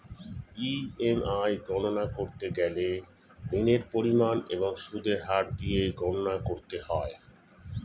EMI গণনা করতে গেলে ঋণের পরিমাণ এবং সুদের হার দিয়ে গণনা করতে হয়